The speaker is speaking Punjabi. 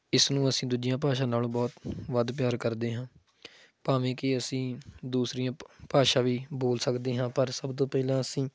ਇਸਨੂੰ ਅਸੀਂ ਦੂਜੀਆਂ ਭਾਸ਼ਾ ਨਾਲੋਂ ਬਹੁਤ ਵੱਧ ਪਿਆਰ ਕਰਦੇ ਹਾਂ ਭਾਵੇਂ ਕਿ ਅਸੀਂ ਦੂਸਰੀਆਂ ਭਾਸ਼ਾ ਵੀ ਬੋਲ ਸਕਦੇ ਹਾਂ ਪਰ ਸਭ ਤੋਂ ਪਹਿਲਾਂ ਅਸੀਂ